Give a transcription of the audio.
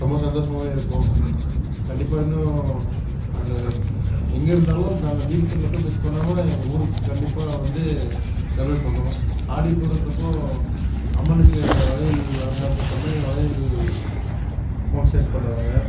ரொம்ப சந்தோஷமாகவேயிருக்கும் கண்டிப்பாக இன்னும் அந்த எங்கேயிருந்தாலும் நாங்கள் தீபத்தை மட்டும் மிஸ் பண்ணாமல் ஊருக்கு கண்டிப்பாக வந்து செலிபிரேட் பண்ணுவோம் ஆடி பூரத்தப்போது அம்மனுக்கு வளையல் அலங்காரத்தை பண்ணி வளையல் ஃபங்ஷன் பண்ணுவாங்க